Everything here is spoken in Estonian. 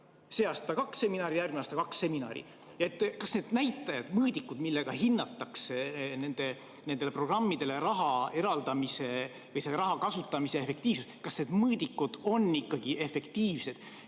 aasta kaks seminari, järgmine aasta on kaks seminari. Kas need näitajad, mõõdikud, millega hinnatakse nendele programmidele raha eraldamise või selle raha kasutamise efektiivsust, on ikka efektiivsed?